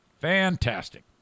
Fantastic